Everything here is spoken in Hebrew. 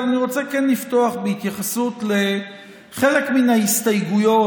אבל אני רוצה כן לפתוח בהתייחסות לחלק מההסתייגויות